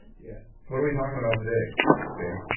yeah what are we talking about today stan?